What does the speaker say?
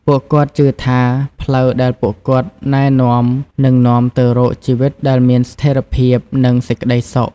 ពួកគាត់ជឿថាផ្លូវដែលពួកគាត់ណែនាំ នឹងនាំទៅរកជីវិតដែលមានស្ថិរភាព និងសេចក្តីសុខ។